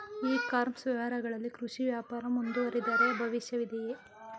E commerce ವ್ಯವಹಾರಗಳಲ್ಲಿ ಕೃಷಿ ವ್ಯಾಪಾರ ಮುಂದುವರಿದರೆ ಭವಿಷ್ಯವಿದೆಯೇ?